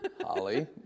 Holly